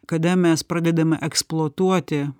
kada mes pradedame eksploatuoti